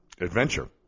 adventure